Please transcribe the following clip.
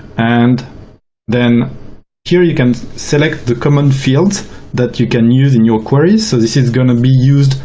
and then here, you can select the common fields that you can use in your queries. so this is going to be used